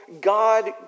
god